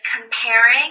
comparing